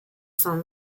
san